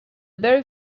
very